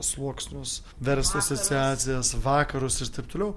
sluoksnius verslo asociacijas vakarus ir taip toliau